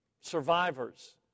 survivors